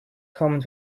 comes